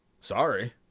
Sorry